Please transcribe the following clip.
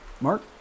Mark